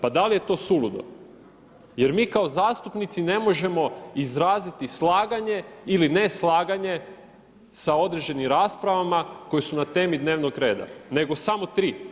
Pa da li je to suludo, jer mi kao zastupnici ne možemo izraziti slaganje ili ne slaganje sa određenim raspravama koje su na temi dnevnog reda, nego samo tri.